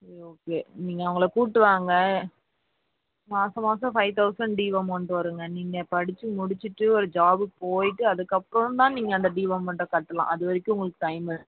சரி ஓகே நீங்கள் அவங்ள கூபிட்டு வாங்க மாதம் மாதம் ஃபைவ் தௌசண்ட் டியூ அமௌண்ட் வருங்க நீங்கள் படிச்சு முடிச்சிவிட்டு ஒரு ஜாப்க்கு போய்விட்டு அதுக்கப்புறோம் தான் நீங்கள் அந்த டியூ அமௌண்ட்டை கட்லாம் அது வரைக்கும் உங்களுக்கு டைம்மு